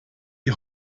die